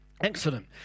Excellent